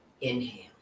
inhale